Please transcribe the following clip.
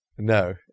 No